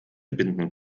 binden